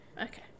Okay